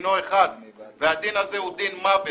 דינו אחד והדין הזה הוא דין מוות.